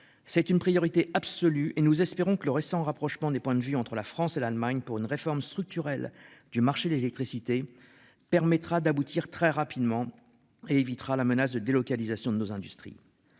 C'est une priorité absolue et nous espérons que le récent rapprochement des points de vue entre la France et l'Allemagne pour une réforme structurelle du marché de l'électricité permettra d'aboutir très rapidement et évitera la menace de délocalisations de nos industries.